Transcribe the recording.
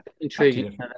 intriguing